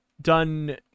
done